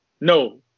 No